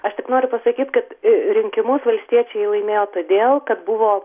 aš tik noriu pasakyt kad rinkimus valstiečiai laimėjo todėl kad buvo